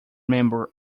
member